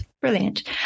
Brilliant